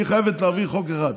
היא חייבת להעביר חוק אחד: